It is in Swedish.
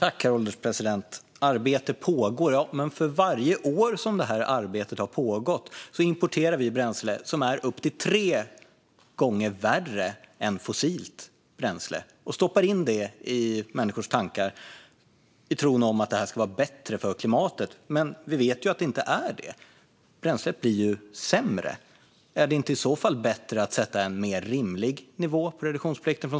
Herr ålderspresident! Arbete pågår! Men för varje år som arbetet har pågått importerar vi bränsle som är upp till tre gånger värre än fossilt bränsle. Vi stoppar in det i människors tankar i tron om att det ska vara bättre för klimatet. Men vi vet att det inte är det. Bränslet blir sämre. Är det inte bättre att sätta en mer rimlig nivå på reduktionsplikten?